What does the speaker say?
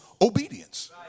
obedience